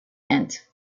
end